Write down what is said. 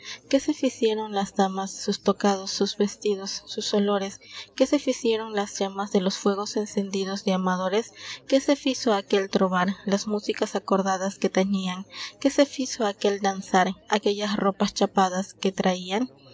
que se fizieron las damas sus tocados sus vestidos sus olores que se fizieron las llamas de los fuegos encendidos de amadores que se fizo aquel trobar las músicas acordadas que tañian que se fizo aquel danar aquellas ropas chapadas que trayan